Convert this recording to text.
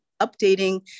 updating